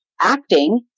acting